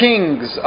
Kings